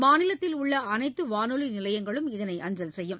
மாநிலத்தில் உள்ள அனைத்து வானொலி நிலையங்களும் இதனை அஞ்சல் செய்யும்